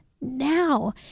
Now